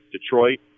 Detroit